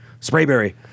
Sprayberry